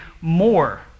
more